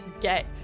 get